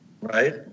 Right